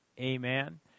Amen